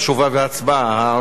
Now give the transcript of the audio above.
תשובה והצבעה.